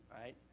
right